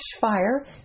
fire